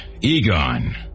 Egon